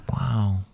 Wow